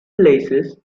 places